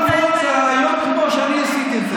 סל התרופות היום הוא כמו שאני עשיתי את זה.